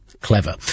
clever